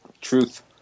truth